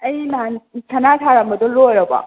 ꯑꯩ ꯅꯍꯥꯟ ꯁꯅꯥ ꯁꯥꯔꯝꯕꯗꯣ ꯂꯣꯏꯔꯕꯣ